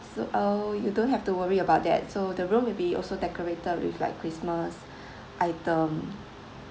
so oh you don't have to worry about that so the room will be also decorated with like christmas item